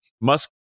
Musk